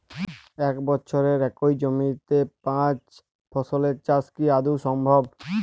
এক বছরে একই জমিতে পাঁচ ফসলের চাষ কি আদৌ সম্ভব?